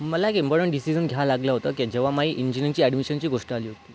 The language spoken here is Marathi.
मला एक इम्पॉर्टंट डिसिजन घ्या लागलं होतं की जेव्हा माझी इंजिनियरिंगची ॲडमिशनची गोष्ट आली होती